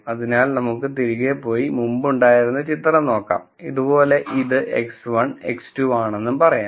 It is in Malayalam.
അതിനാൽ നമുക്ക് തിരികെ പോയി നമുക്ക് മുമ്പ് ഉണ്ടായിരുന്ന ചിത്രം നോക്കാം അതുപോലെ ഇത് x1 x2 ആണെന്നും പറയാം